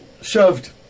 shoved